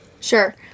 Sure